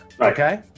okay